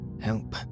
Help